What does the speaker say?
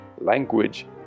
language